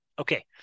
Okay